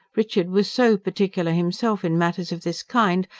richard was so particular himself, in matters of this kind,